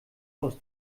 aus